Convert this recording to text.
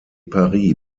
paris